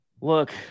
Look